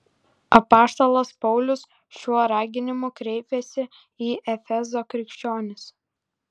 apaštalas paulius šiuo raginimu kreipiasi į efezo krikščionis